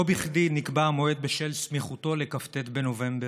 לא בכדי נקבע המועד בשל סמיכותו לכ"ט בנובמבר,